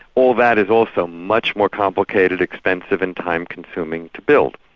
all that is also much more complicated, expensive and time consuming to build.